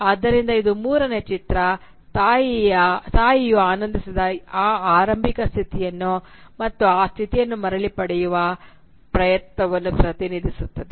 ಆದ್ದರಿಂದ ಇದು ಮೂರನೆಯ ಚಿತ್ರ ತಾಯಿಯು ಆನಂದಿಸಿದ ಆ ಆರಂಭಿಕ ಸ್ಥಿತಿಯನ್ನು ಮತ್ತು ಆ ಸ್ಥಿತಿಯನ್ನು ಮರಳಿ ಪಡೆಯುವ ಪ್ರಯತ್ನವನ್ನು ಪ್ರತಿನಿಧಿಸುತ್ತದೆ